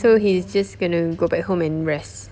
so he is just going to go back home and rest